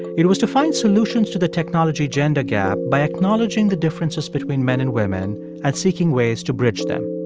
it was to find solutions to the technology gender gap by acknowledging the differences between men and women and seeking ways to bridge them.